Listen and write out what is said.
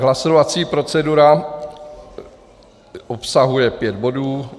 Hlasovací procedura obsahuje pět bodů.